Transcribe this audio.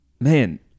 Man